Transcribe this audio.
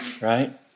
right